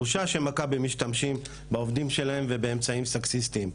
בושה שמכבי משתמשים בעובדים שלהם ובאמצעים סקסיסטיים.